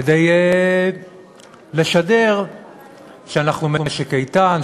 כדי לשדר שאנחנו משק איתן,